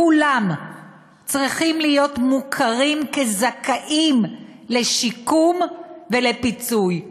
כולם צריכים להיות מוכרים כזכאים לשיקום ולפיצוי.